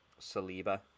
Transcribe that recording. Saliba